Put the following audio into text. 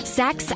sex